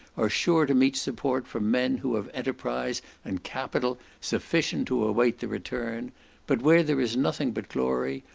are sure to meet support from men who have enterprise and capital sufficient to await the return but where there is nothing but glory,